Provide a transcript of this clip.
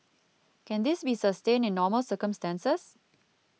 can this be sustained in normal circumstances